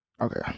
okay